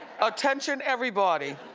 attention everybody.